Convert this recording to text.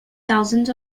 thousands